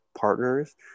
partners